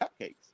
cupcakes